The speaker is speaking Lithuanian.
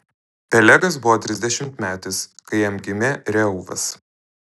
pelegas buvo trisdešimtmetis kai jam gimė reuvas